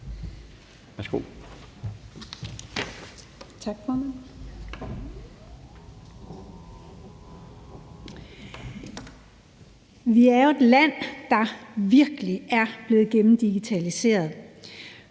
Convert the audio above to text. Vi er jo et land, der virkelig er blevet gennemdigitaliseret,